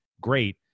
great